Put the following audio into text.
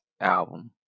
album